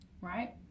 Right